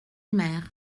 mer